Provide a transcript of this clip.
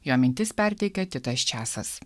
jo mintis perteikia titas česas